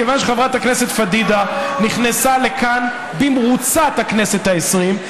כיוון שחברת הכנסת פדידה נכנסה לכאן במרוצת הכנסת העשרים,